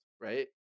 right